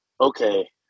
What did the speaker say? okay